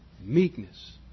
meekness